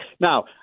Now